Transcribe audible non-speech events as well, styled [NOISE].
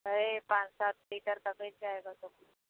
है पाँच सात लीटर त [UNINTELLIGIBLE] जाएगा तो